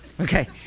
okay